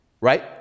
right